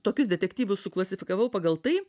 tokius detektyvus suklasifikavau pagal tai